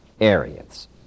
areas